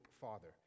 father